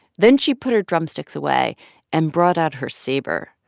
then she put her drumsticks away and brought out her saber,